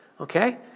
okay